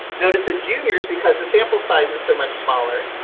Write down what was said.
notice the juniors because the sample sizes so much smaller.